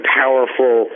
powerful